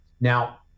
Now